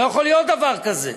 לא יכול להיות דבר כזה.